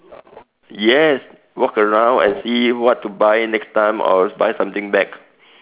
yes walk around and see what to buy next time or buy something back